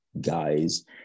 guys